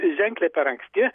ženkliai per anksti